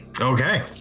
Okay